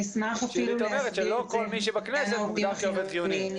זאת אומרת שלא כל מי שבכנסת מוגדר כעובד חיוני.